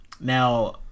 Now